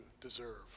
deserve